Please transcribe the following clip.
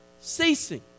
ceasing